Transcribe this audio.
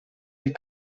die